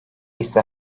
ise